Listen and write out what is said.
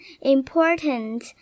important